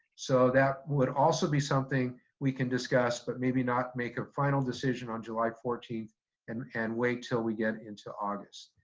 so that would also be something we can discuss, but maybe not make a final decision on july fourteenth and and wait until we get into august.